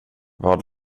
vad